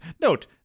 Note